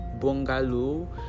bungalow